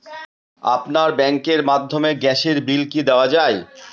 আপনার ব্যাংকের মাধ্যমে গ্যাসের বিল কি দেওয়া য়ায়?